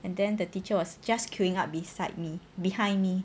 and then the teacher was just queueing up beside me behind me